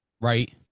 right